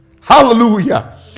hallelujah